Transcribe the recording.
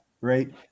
right